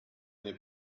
n’est